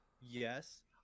Yes